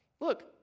Look